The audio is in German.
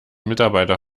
mitarbeiter